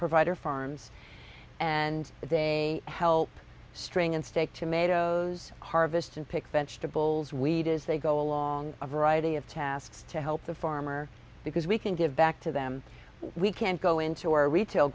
provider farms and they help string and stake tomatoes harvest and pick bench to bowls weed as they go along a variety of tasks to help the farmer because we can give back to them we can't go into our retail